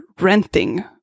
renting